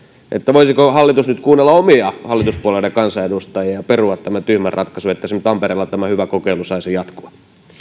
voisiko hallitus nyt kuunnella omia hallituspuolueiden kansanedustajia ja perua tämän tyhmän ratkaisun niin että esimerkiksi tampereella tämä hyvä kokeilu saisi jatkua